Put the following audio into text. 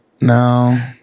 no